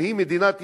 שהיא מדינת ישראל,